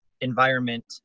environment